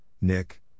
Nick